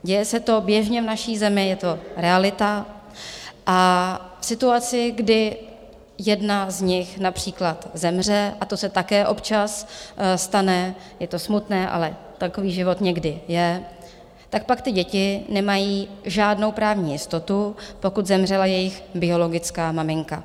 Děje se to běžně v naší zemi, je to realita a v situaci, kdy jedna z nich například zemře, a to se také občas stane, je to smutné, ale takový život někdy je, pak ty děti nemají žádnou právní jistotu, pokud zemřela jejich biologická maminka.